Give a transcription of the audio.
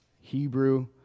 Hebrew